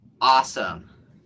Awesome